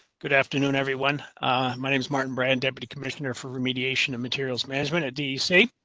good afternoon. everyone my name's martin brand deputy commissioner for remediation and materials management at d. c.